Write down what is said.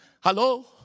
Hello